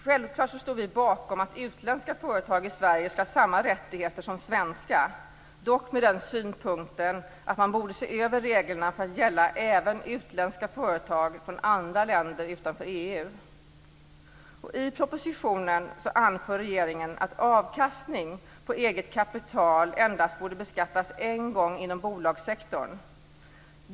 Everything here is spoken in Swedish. Självklart står vi bakom att utländska företag i Sverige ska ha samma rättigheter som svenska, dock med den synpunkten att man borde se över reglerna för att gälla även utländska företag från länder utanför EU. I propositionen anför regeringen att avkastning på eget kapital endast borde beskattas en gång inom bolagssektorn.